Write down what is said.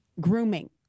grooming